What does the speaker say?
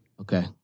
Okay